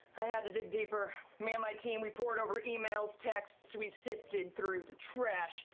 i had to dig deeper. me and my team, we poured over emails, texts. we sifted through the trash,